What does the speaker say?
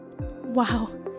Wow